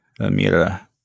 amira